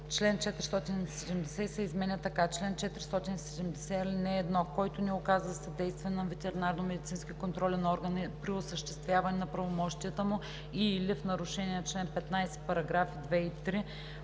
Член 470 се изменя така: „Чл. 470. (1) Който не оказва съдействие на ветеринарномедицински контролен орган при осъществяване на правомощията му и/или в нарушение на чл. 15, параграфи 2 и 3